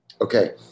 okay